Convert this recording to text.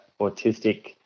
autistic